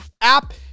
app